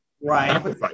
Right